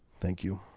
thank you